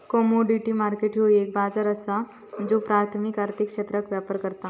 commodity market ह्यो एक बाजार असा ज्यो प्राथमिक आर्थिक क्षेत्रात व्यापार करता